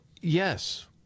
Yes